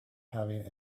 having